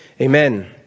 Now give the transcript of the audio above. Amen